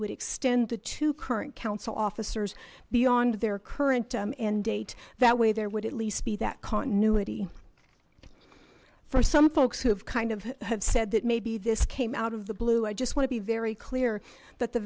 would extend the to current council officers beyond their current end date that way there would at least be that continuity for some folks who have kind of have said that maybe this came out of the blue i just want to be very clear but the